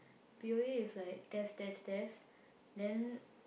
P_O_A is like test test test then